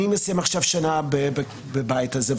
אני מסיים עכשיו שנה בבית הזה,